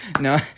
no